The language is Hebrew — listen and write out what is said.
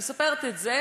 אני מספרת את זה